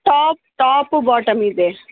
top top bottom ಇದೆ